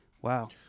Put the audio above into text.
Wow